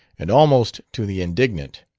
and almost to the indignant.